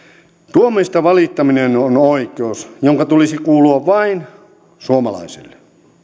tuomioista valittaminen on oikeus jonka tulisi kuulua vain suomalaisille